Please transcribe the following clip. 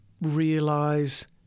realize